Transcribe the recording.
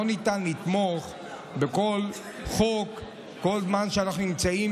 לא ניתן לתמוך בכל חוק כל זמן שאנחנו נמצאים